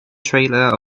trailer